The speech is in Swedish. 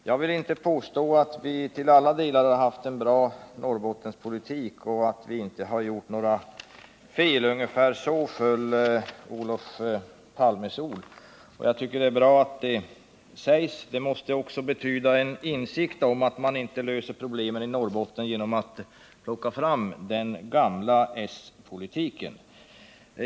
Herr talman! Jag vill inte påstå att vi till alla delar haft en bra Norrbottenspolitik och att vi inte har gjort några fel. — Ungefär så föll Olof Palmes ord. Jag tycker att det är bra att det sägs. Det måste också betyda en insikt om att man inte löser problemen i Norrbotten genom att plocka fram den gamla s-politiken.